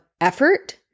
effort